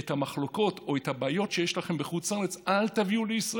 את המחלוקות או את הבעיות שיש לכם בחו"ל אל תביאו לישראל.